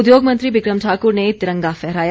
उद्योग मंत्री बिक्रम ठाकुर ने तिरंगा फहराया